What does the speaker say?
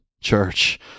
church